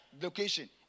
location